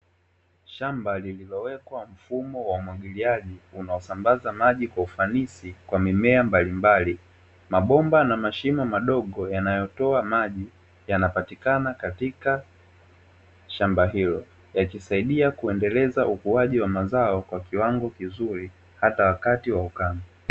Shamba lililowekwa mfumo wa umwagiliaji, unaosambaza maji kwa ufanisi kwa mimea mbalimbali, mabomba na mashimo madogo yanayotoa maji, yanapatikana katika shamba hilo, yakisaidia kuendeleza ukuaji mazao kwa kiwango kizuri, hata wakati wa ukame.